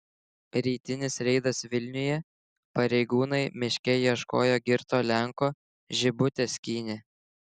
rytinis reidas vilniuje pareigūnai miške ieškoję girto lenko žibutes skynė